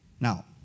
Now